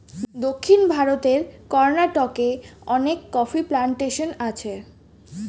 দক্ষিণ ভারতের কর্ণাটকে অনেক কফি প্ল্যান্টেশন আছে